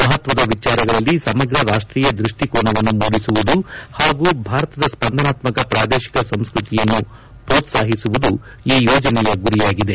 ಮಹತ್ವದ ವಿಚಾರಗಳಲ್ಲಿ ಸಮಗ್ರ ರಾಷ್ಟೀಯ ದೃಷ್ಟಿ ಕೋನವನ್ನು ಮೂಡಿಸುವುದು ಹಾಗೂ ಭಾರತದ ಸ್ಪಂದನಾತ್ಮಕ ಪ್ರಾದೇಶಿಕ ಸಂಸ್ಕತಿಯನ್ನು ಪ್ರೋತ್ಲಾಹಿಸುವುದು ಈ ಯೋಜನೆಯ ಗುರಿಯಾಗಿದೆ